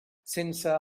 sense